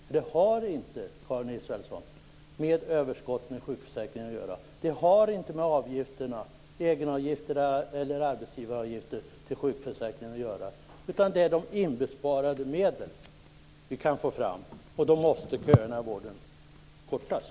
Det här har nämligen inte att göra med överskotten i sjukförsäkringen, Karin Israelsson. Det har inte att göra med egenavgifter eller arbetsgivaravgifter till sjukförsäkringen. Det handlar om de inbesparade medel som vi kan få fram. Köerna i vården måste kortas.